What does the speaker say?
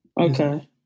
Okay